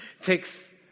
takes